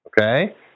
okay